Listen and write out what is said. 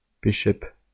bishop